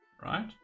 right